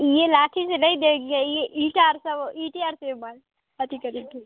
ये लाठी से नहीं डरेगे यह यह ईंटें और सब ईंटें और से मारे अथी करेंगे